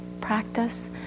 practice